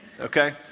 okay